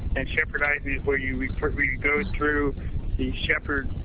and shepardizing is where you go through the shepard